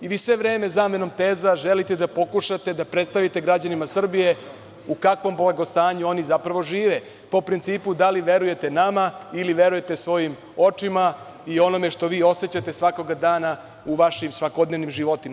I vi sve vreme zamenom teza želite da pokušate da predstavite građanima Srbije u kakvom blagostanju oni zapravo žive, po principu da li verujete nama ili verujete svojim očima i onom što vi osećate svakog dana u vašim svakodnevnim životima.